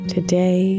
Today